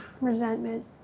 resentment